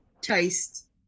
taste